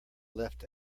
left